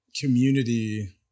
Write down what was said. community